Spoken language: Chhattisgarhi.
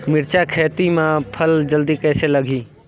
मिरचा खेती मां फल जल्दी कइसे लगही?